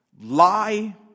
lie